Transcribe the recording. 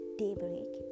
daybreak